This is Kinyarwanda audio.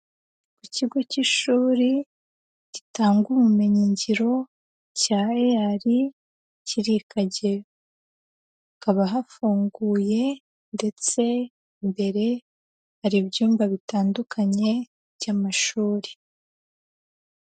Ku kigo cy'ishuri gitanga ubumenyingiro cya EAR kiri i Kageyo. Hakaba hafunguye ndetse mbere hari ibyumba bitandukanye by'amashuri.